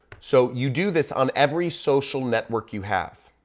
so you do this on every social network you have,